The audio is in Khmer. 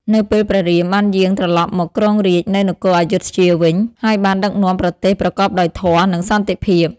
នៅពេលព្រះរាមបានយាងត្រឡប់មកគ្រងរាជ្យនៅនគរអយុធ្យាវិញ ហើយបានដឹកនាំប្រទេសប្រកបដោយធម៌ និងសន្តិភាព ។